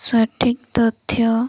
ସଠିକ୍ ତଥ୍ୟ